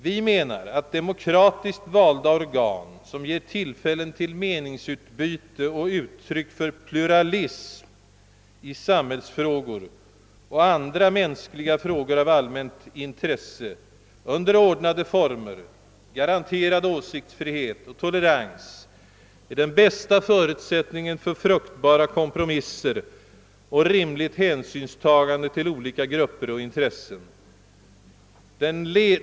Vi menar att demokratiskt valda organ, som ger tillfälle till meningsutbyte och uttryck för pluralism i samhällsfrågor och andra mänskliga frågor av allmänt intresse, under ordnade former, garanterad åsiktsfrihet och tolerans, är den bästa förutsättningen för fruktbara kompromisser och rimligt hänsynstagande till olika grupper och intressen.